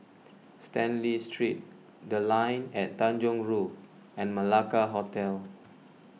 Stanley Street the Line At Tanjong Rhu and Malacca Hotel